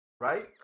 right